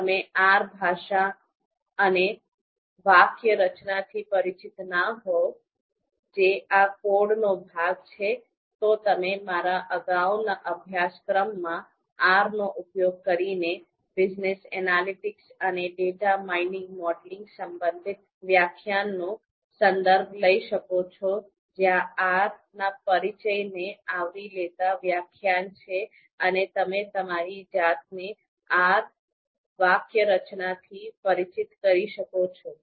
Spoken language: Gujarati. જો તમે R ભાષા અને વાક્યરચનાથી પરિચિત ન હોવ જે આ કોડનો ભાગ છે તો તમે મારા અગાઉના અભ્યાસક્રમમાં R નો ઉપયોગ કરીને બિઝનેસ એનાલિટિક્સ અને ડેટા માઇનિંગ મોડેલિંગ સંબંધિત વ્યાખ્યાનનો સંદર્ભ લઈ શકો છો જ્યાં R ના પરિચયને આવરી લેતા વ્યાખ્યાન છે અને તમે તમારી જાતને R વાક્યરચનાથી પરિચિત કરી શકો છો